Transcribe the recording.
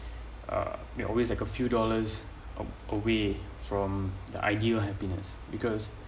uh we always like a few dollars away from the ideal happiness